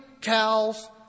cows